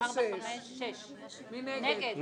הצבעה בעד הרביזיה על סעיף 36, 2 נגד,